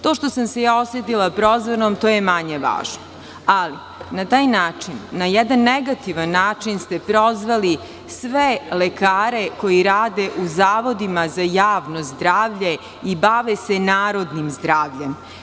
To što sam se ja osetila prozvanom, to je manje važno, ali, na taj način, na jedan negativan način ste prozvali sve lekare koji rade u zavodima za javno zdravlje i bave se narodnim zdravljem.